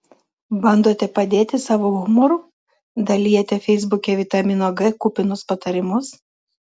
bandote padėti savo humoru dalijate feisbuke vitamino g kupinus patarimus